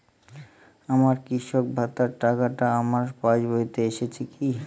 আমার কৃষক ভাতার টাকাটা আমার পাসবইতে এসেছে কি?